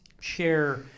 share